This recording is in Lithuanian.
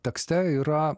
tekste yra